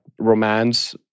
romance